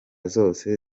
zose